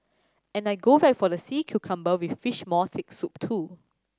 and I'll go back for the sea cucumber with fish maw thick soup too